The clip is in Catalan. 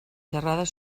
xerrades